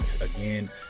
again